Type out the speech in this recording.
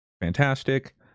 fantastic